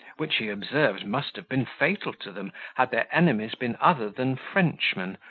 which, he observed, must have been fatal to them, had their enemies been other than frenchmen,